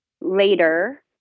later